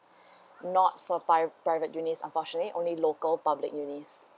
not for pri~ private uni on partially only local public uni's